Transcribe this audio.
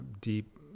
deep